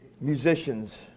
musicians